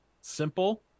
simple